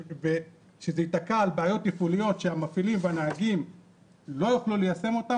שזה ייתקע על בעיות תפעוליות שהמפעילים והנהגים לא יוכלו ליישם אותן,